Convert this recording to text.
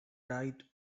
diet